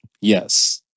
Yes